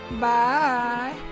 Bye